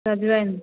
सजमनि